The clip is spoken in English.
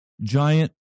giant